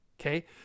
okay